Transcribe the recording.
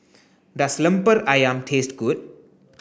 does Lemper Ayam taste good